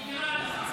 אוקיי.